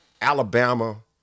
Alabama